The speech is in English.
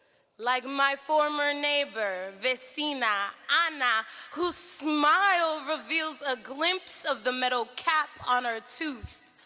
like my former neighbor vecina, ana, whose smile reveals a glimpse of the metal cap on her tooth,